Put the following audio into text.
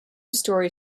storey